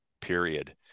period